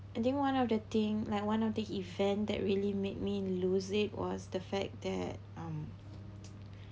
I think one of the thing like one of the event that really make me lose it was the fact that um